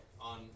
On